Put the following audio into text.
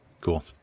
cool